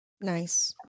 Nice